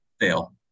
fail